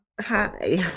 Hi